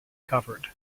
covered